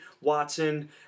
Watson